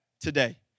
today